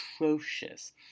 atrocious